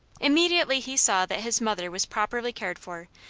immediately he saw that his mother was properly cared for,